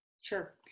Sure